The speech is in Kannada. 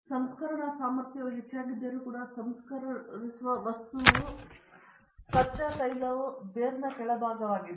ಸಂಸ್ಕರಣ ಸಾಮರ್ಥ್ಯವು ಹೆಚ್ಚಾಗಿದ್ದರೂ ಕೂಡ ಸಂಸ್ಕರಿಸುವ ವಸ್ತುವು ಕಚ್ಚಾ ತೈಲವು ಬೇರ್ನ ಕೆಳಭಾಗವಾಗಿದೆ